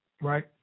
right